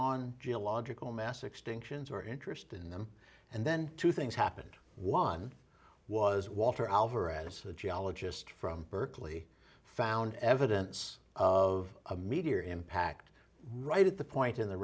on geological mass extinctions or interest in them and then two things happened one was water alvarez a geologist from berkeley found evidence of a meteor impact right at the point of the